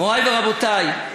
מורי ורבותי,